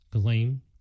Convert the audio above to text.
claim